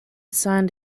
signed